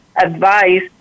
advice